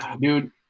dude